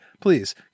please